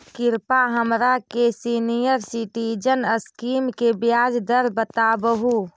कृपा हमरा के सीनियर सिटीजन स्कीम के ब्याज दर बतावहुं